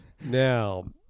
Now